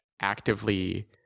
actively